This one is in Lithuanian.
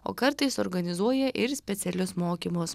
o kartais organizuoja ir specialius mokymus